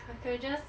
cockroaches